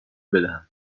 بدهم